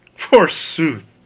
forsooth!